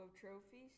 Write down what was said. trophies